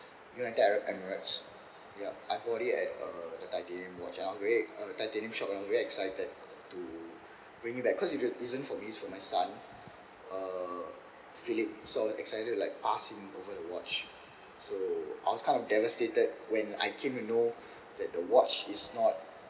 united arab emirates yup I bought it at uh the titanium watch and I was very uh titanium shop and I was very excited to bring it back cause it it isn't for me it's for my son uh philip so I was excited to like pass him over the watch so I was kind of devastated when I came to know that the watch is not